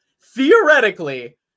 theoretically